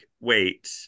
wait